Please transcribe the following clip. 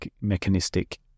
mechanistic